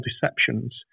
deceptions